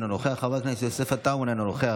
אינו נוכח,